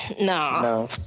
no